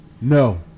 No